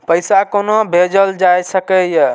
पैसा कोना भैजल जाय सके ये